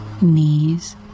knees